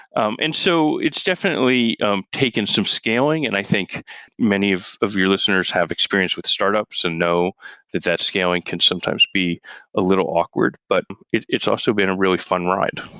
um and so it's definitely um taken some scaling, and i think many of of your listeners have experience with startups and know that that scaling can sometimes be a little awkward. but it's it's also been a really fun ride.